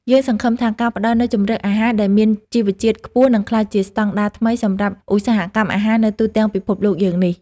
យើងសង្ឃឹមថាការផ្តល់នូវជម្រើសអាហារដែលមានជីវជាតិខ្ពស់នឹងក្លាយជាស្តង់ដារថ្មីសម្រាប់ឧស្សាហកម្មអាហារនៅទូទាំងពិភពលោកយើងនេះ។